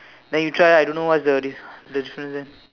then you try ah I don't know what's the the difference eh